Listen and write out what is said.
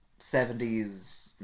70s